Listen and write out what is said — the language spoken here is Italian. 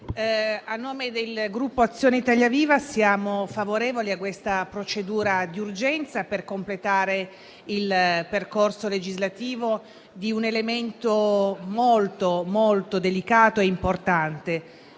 a nome del Gruppo Azione-Italia Viva dichiaro che siamo favorevoli a questa procedura di urgenza per completare il percorso legislativo di un disegno di legge molto delicato e importante.